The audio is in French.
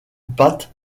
patte